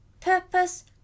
Purpose